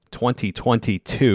2022